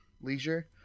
leisure